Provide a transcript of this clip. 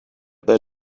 they